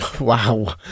wow